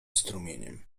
strumieniem